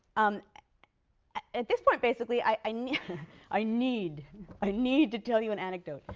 um at this point, basically i need i need i need to tell you an anecdote.